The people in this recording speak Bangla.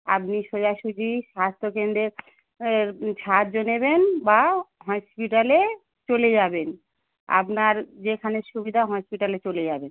আপনি সোজাসুজি স্বাস্থ্য কেন্দ্রের সাহায্য নেবেন বা হসপিটালে চলে যাবেন আপনার যেখানে সুবিধা হসপিটালে চলে যাবেন